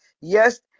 Yes